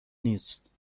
نیست